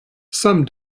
some